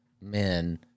men